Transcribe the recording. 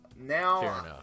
now